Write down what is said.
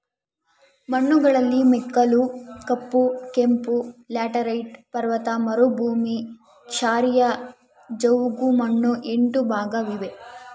ಮಣ್ಣುಗಳಲ್ಲಿ ಮೆಕ್ಕಲು, ಕಪ್ಪು, ಕೆಂಪು, ಲ್ಯಾಟರೈಟ್, ಪರ್ವತ ಮರುಭೂಮಿ, ಕ್ಷಾರೀಯ, ಜವುಗುಮಣ್ಣು ಎಂಟು ಭಾಗ ಇವೆ